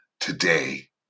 today